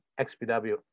xpw